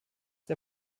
der